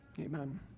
Amen